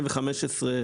ב-2015